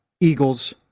Eagles